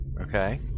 Okay